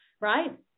right